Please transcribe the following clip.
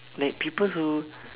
like people who